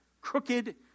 crooked